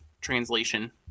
translation